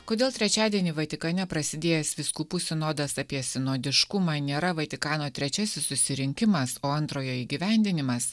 kodėl trečiadienį vatikane prasidėjęs vyskupų sinodas apie sinodiškumą nėra vatikano trečiasis susirinkimas o antrojo įgyvendinimas